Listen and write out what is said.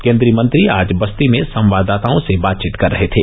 केन्द्रीय मंत्री आज बस्ती में संवाददाताओं से बातचीत कर रहे थे